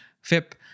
FIP